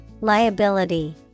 Liability